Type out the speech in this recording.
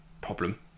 problem